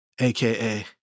AKA